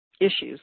issues